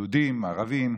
יהודים, ערבים.